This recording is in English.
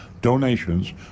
donations